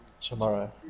tomorrow